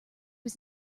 was